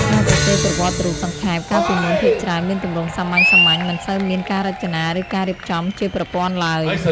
ការសរសេរប្រវត្តិរូបសង្ខេប កាលពីមុនភាគច្រើនមានទម្រង់សាមញ្ញៗ មិនសូវមានការរចនា ឬការរៀបចំជាប្រព័ន្ធឡើយ។